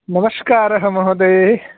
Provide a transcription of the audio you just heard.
नमस्कारः महोदये